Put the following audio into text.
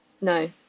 No